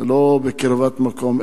זה לא בקרבת מקום,